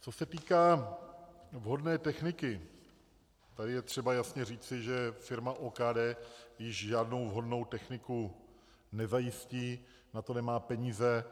Co se týká vhodné techniky, tady je třeba jasně říci, že firma OKD již žádnou vhodnou techniku nezajistí, na to nemá peníze.